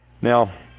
Now